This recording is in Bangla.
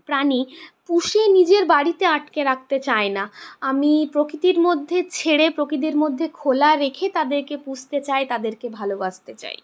প্রাণী পুষেই নিজের বাড়িতে আটকে রাখতে চাই না আমি প্রকৃতির মধ্যে ছেড়ে প্রকৃতির মধ্যে খোলা রেখে তাদেরকে পুষতে চাই তাদেরকে ভালোবাসতে চাই